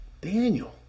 Daniel